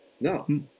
No